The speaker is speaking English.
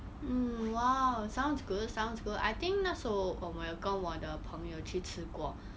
mm !wow! sounds good sounds good I think 那时候 um 我有跟我的朋友去吃过